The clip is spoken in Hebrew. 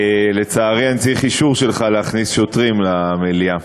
לצערי אני צריך אישור שלך להכניס שוטרים למליאה.